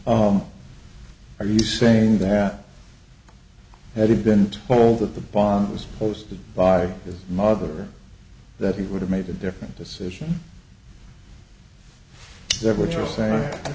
or are you saying that had it been told that the bond was posted by his mother that he would have made a different decision is that what you're saying